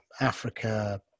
africa